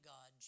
God